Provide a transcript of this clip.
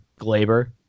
Glaber